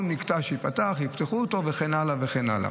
כל מקטע שייפתח יפתחו אותו וכן הלאה.